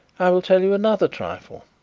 i will tell you another trifle.